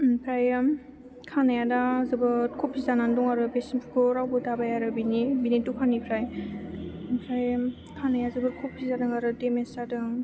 ओमफ्रायो खानाया दा जोबोद खफि जानानै दं आरो बे सेम्फुखौ रावबो दाबाय आरो बिनि बिनि दखाननिफ्राय आमफ्राय खानाया जोबोद खफि जादों आरो डेमेज जादों